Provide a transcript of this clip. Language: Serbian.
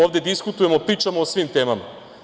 Ovde diskutujemo, pričamo o svim temama.